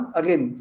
again